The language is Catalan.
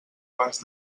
abans